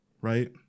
right